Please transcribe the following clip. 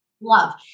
love